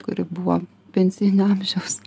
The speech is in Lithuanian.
kuri buvo pensijinio amžiaus